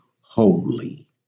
holy